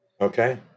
Okay